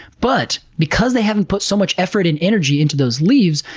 but because they haven't put so much effort and energy into those leaves,